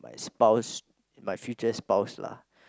my spouse my future spouse lah